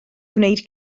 gwneud